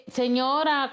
señora